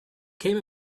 came